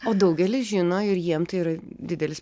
o daugelis žino ir jiem tai yra didelis